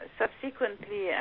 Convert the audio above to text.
subsequently